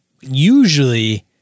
Usually